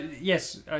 Yes